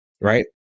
right